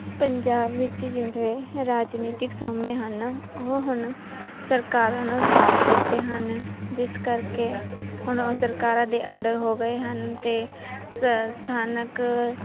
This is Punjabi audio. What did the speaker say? ਪੰਜਾਬ ਵਿੱਚ ਜਿਹੜੇ ਰਾਜਨੀਤਿਕ ਸੋਮੇ ਹਨ ਉਹ ਹੁਣ ਸਰਕਾਰਾਂ ਨੂੰ ਸੌਂਪ ਦਿੱਤੇ ਹਨ ਜਿਸ ਕਰਕੇ ਹੁਣ ਉਹ ਸਰਕਾਰਾਂ ਦੇ ਅੰਡਰ ਹੋ ਗਏ ਹਨ ਅਤੇ ਸ ਸਥਾਨਕ